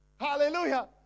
Hallelujah